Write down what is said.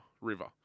River